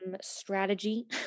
Strategy